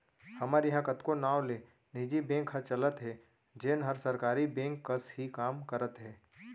हमर इहॉं कतको नांव ले निजी बेंक ह चलत हे जेन हर सरकारी बेंक कस ही काम करत हे